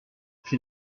c’est